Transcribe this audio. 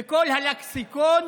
וכל הלקסיקון